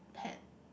had